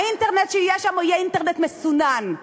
האינטרנט שיהיה שם יהיה אינטרנט מסונן,